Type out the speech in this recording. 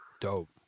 Dope